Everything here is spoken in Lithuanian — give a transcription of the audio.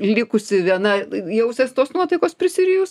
likusi viena jausies tos nuotaikos prisirijus